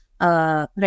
Right